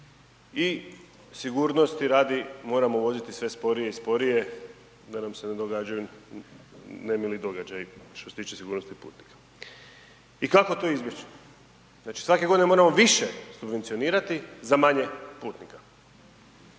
I sigurnosti radi moramo voziti sve sporije da nam se ne događaju nemili događaji što se tiče sigurnosti putnika. I kako to izbjeći? Znači svake godine moramo više subvencionirati za manje putnika.